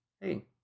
Hey